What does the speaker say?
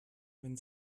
wenn